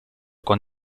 con